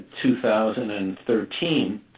2013